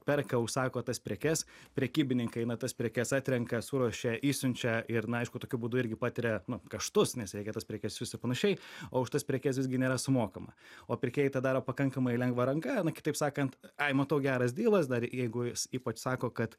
perka užsako tas prekes prekybininkai na tas prekes atrenka suruošia išsiunčia ir na aišku tokiu būdu irgi patiria kaštus nes reikia tas prekes siųst ir panašiai o už tas prekes visgi nėra sumokama o pirkėjai tą daro pakankamai lengva ranka na kitaip sakant ai matau geras dylas dar jeigu jis ypač sako kad